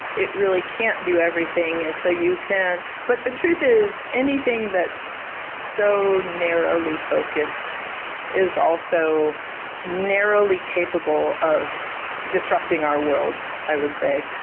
it really can't do everything, and so you can. but the truth is anything that's so narrowly focused is also narrowly capable of disrupting our world, i would say.